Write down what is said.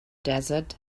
desert